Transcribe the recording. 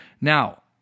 Now